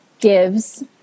gives